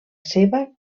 seva